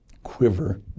quiver